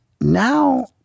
Now